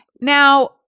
Now